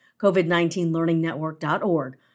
covid19learningnetwork.org